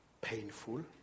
painful